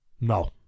No